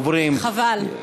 לכן, אנחנו עוברים, חבל.